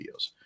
videos